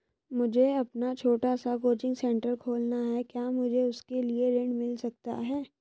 मुझे अपना छोटा सा कोचिंग सेंटर खोलना है क्या मुझे उसके लिए ऋण मिल सकता है?